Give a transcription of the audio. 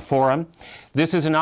forum this is an